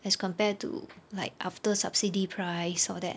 as compared to like after subsidy price all that